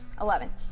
eleven